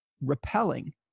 repelling